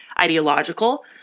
ideological